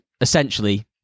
essentially